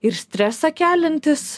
ir stresą keliantis